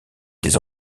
des